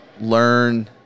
learn